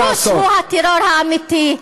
הכיבוש הוא הטרור האמיתי.